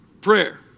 Prayer